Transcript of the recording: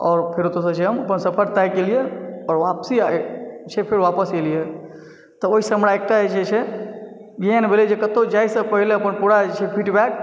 आओर फेर ओतयसँ जे छै हम अपन सफर तय केलियै आओर आपसी आ छै फेर वापस एलियै तऽ ओहिसँ हमरा एकटा जे छै ज्ञान भेलय कतहुँ जाइसँ पहिले अपन पूरा जे छै किट बैग